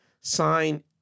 sign